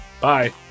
bye